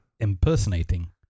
impersonating